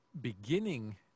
beginning